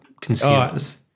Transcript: consumers